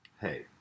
hey